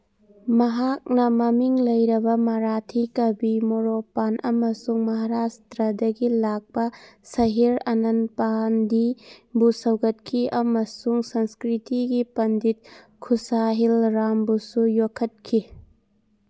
ꯃꯍꯥꯛꯅ ꯃꯃꯤꯡ ꯂꯩꯔꯕ ꯃꯔꯥꯊꯤ ꯀꯕꯤ ꯃꯣꯔꯣꯄꯥꯟ ꯑꯃꯁꯨꯡ ꯃꯍꯔꯥꯁꯇ꯭ꯔꯗꯒꯤ ꯂꯥꯛꯄ ꯁꯍꯤꯔ ꯑꯅꯟꯄꯥꯟꯗꯤꯕꯨ ꯁꯧꯒꯠꯈꯤ ꯑꯃꯁꯨꯡ ꯁꯪꯀ꯭ꯔꯤꯇꯤꯒꯤ ꯄꯟꯗꯤꯠ ꯈꯨꯁꯥꯍꯤꯜ ꯔꯥꯝꯕꯨꯁꯨ ꯌꯣꯛꯈꯠꯈꯤ